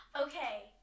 Okay